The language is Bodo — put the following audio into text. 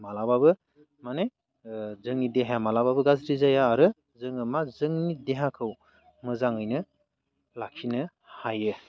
मालाबाबो माने जोंनि देहाया मालाबाबो गाज्रि जाया आरो जोङो मा जोंनि देहाखौ मोजाङैनो लाखिनो हायो